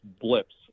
blips